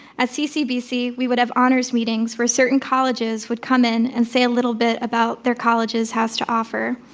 at ccbc, we would have honors meetings where certain colleges would come in and say a little bit about their colleges has to offer.